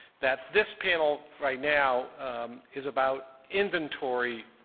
that this panel right now is about inventory